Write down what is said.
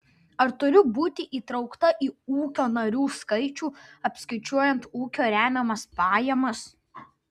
ar turiu būti įtraukta į ūkio narių skaičių apskaičiuojant ūkio remiamas pajamas